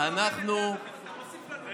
אתה מוסיף לנו דאגה.